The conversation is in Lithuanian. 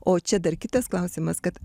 o čia dar kitas klausimas kad